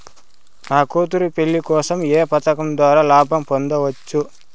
నా కూతురు పెళ్లి కోసం ఏ పథకం ద్వారా లాభం పొందవచ్చు?